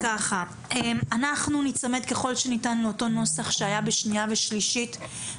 אנחנו ניצמד ככל שניתן לנוסח שהיה בקריאה ראשונה